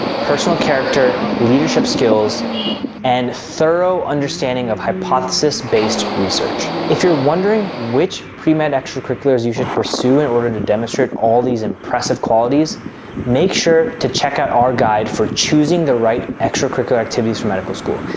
personal character, leadership skills and thorough understanding of hypothesis based research. if you're wondering which pre-med and extracurriculars, you should pursue in order to demonstrate all these impressive qualities make sure to check out our guide for choosing the right extracurricular activities for medical school.